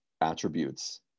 attributes